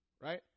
Right